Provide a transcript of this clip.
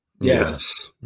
Yes